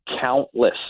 countless